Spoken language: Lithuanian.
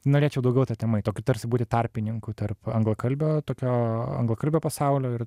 norėčiau daugiau ta tema ir tokiu tarsi būti tarpininku tarp anglakalbio tokio anglakalbio pasaulio ir